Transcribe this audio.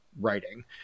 writing